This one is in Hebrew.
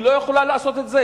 היא לא יכולה לעשות את זה,